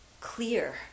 clear